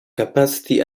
capacity